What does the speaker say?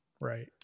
Right